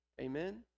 Amen